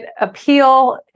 appeal